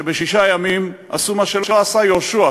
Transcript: שבשישה ימים עשו מה שלא עשה יהושע,